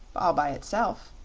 all by itself.